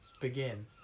begin